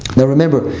now remember,